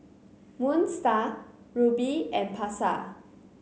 Moon Star Rubi and Pasar